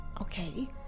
okay